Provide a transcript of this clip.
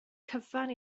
cyfan